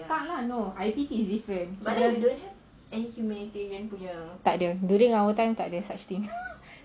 tak lah no I_P_T is different tak ada during our time tak ada such thing